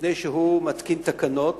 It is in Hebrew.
לפני שהוא מתקין תקנות,